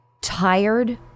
tired